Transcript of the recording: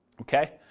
Okay